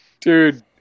Dude